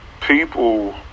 people